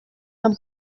amb